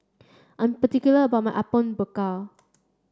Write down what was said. I'm particular about my Apom Berkuah